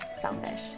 selfish